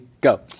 go